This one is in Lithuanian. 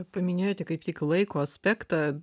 paminėjote kaip tik laiko aspektą